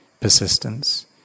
persistence